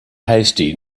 hasty